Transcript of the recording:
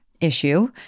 issue